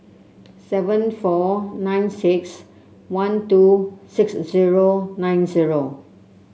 seven four nine six one two six zero nine zero